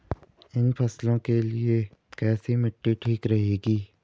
इन फसलों के लिए कैसी मिट्टी ठीक रहेगी?